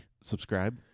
Subscribe